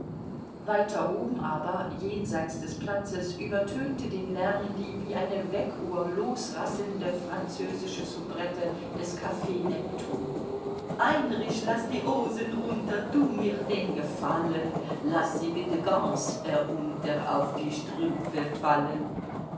weiter oben aber jenseits des platzes übertönte den lärm die wie eine weckuhr losrasselnde französische soubrette des caf neptun einrich laß die osen runter tu mir den gefallen laß sie bitte gance erunter auf die strümpfe fallen